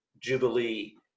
jubilee